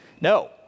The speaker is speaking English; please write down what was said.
No